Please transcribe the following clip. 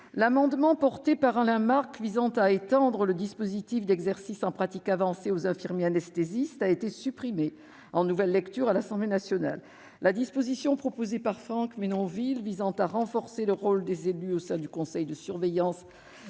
L'amendement de notre collègue Alain Marc visant à étendre le dispositif d'exercice en pratique avancée aux infirmiers anesthésistes a été supprimé en nouvelle lecture à l'Assemblée nationale. La disposition proposée par Franck Menonville tendant à renforcer le rôle des élus au sein du conseil de surveillance